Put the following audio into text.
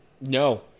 No